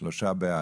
שלושה בעד.